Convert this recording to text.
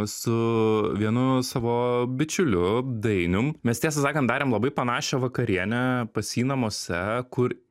su vienu savo bičiuliu dainium mes tiesą sakant darėm labai panašią vakarienę pas jį namuose kur